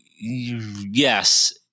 Yes